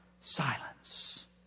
silence